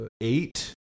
Eight